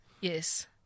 Yes